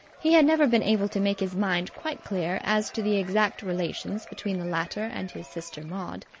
he had never been able to make his mind quite clear as to the exact relations between the latter and his sister maud,